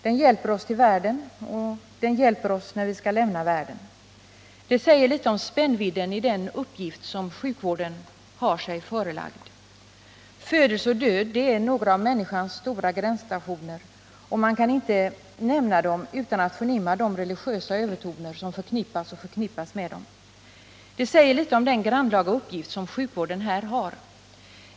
Den hjälper oss till världen, och den hjälper oss när vi skall lämna världen. Det säger litet om spännvidden i den uppgift som sjukvården har sig förelagd. Födelse och död är några av människans stora gränsstationer, och man kan inte nämna dem utan att förnimma de religiösa övertoner som förknippats och förknippas med dem. Det säger litet om den grannlaga uppgift som sjukvården här har.